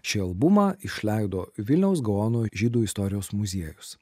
šį albumą išleido vilniaus gaono žydų istorijos muziejus